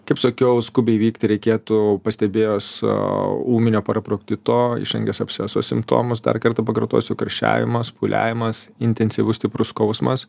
kaip sakiau skubiai vykti reikėtų pastebėjus ūminio paraproktito išangės absceso simptomus dar kartą pakartosiu karščiavimas pūliavimas intensyvus stiprus skausmas